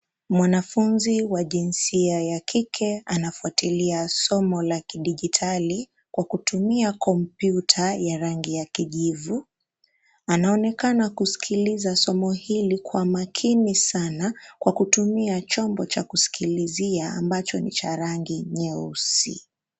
Mwanafunzi wa jinsia ya kike anafuatilia somo la kidigitali kwa kutumia komputa ya rangi ya kijivu. Anaonekana kusikiliza somo hili kwa makini sana kwa kutumia chombo cha kusikilizia ambacho ni cha rangi nyeusi.